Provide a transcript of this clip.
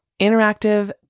interactive